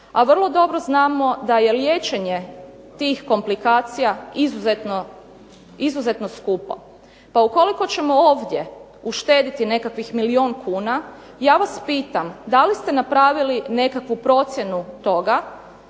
a vrlo dobro znamo da je liječenje tih komplikacija izuzetno skupo. Pa ukoliko ćemo ovdje uštedjeti nekakvih milijun kuna, ja vas pitam da li ste napravili nekakvu procjenu toga,